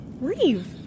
Reeve